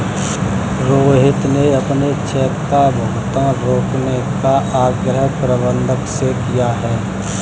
रोहित ने अपने चेक का भुगतान रोकने का आग्रह प्रबंधक से किया है